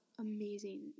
amazing